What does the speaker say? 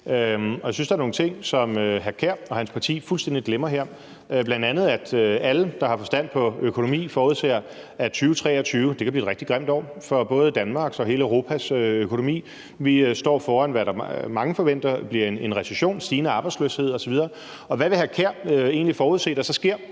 jeg synes, der er nogle ting, som hr. Kasper Sand Kjær og hans parti fuldstændig glemmer her, bl.a. at alle, der har forstand på økonomi, forudser, at 2023 kan blive et rigtig grimt år for både Danmarks og hele Europas økonomi. Vi står foran, hvad mange forventer bliver en recession, stigende arbejdsløshed osv., og hvad vil hr. Kasper Sand